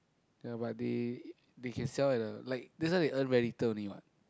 ya but they they can sell at a like this one they earn very little only what